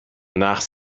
nach